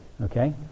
Okay